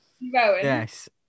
Yes